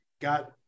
got